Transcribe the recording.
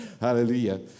Hallelujah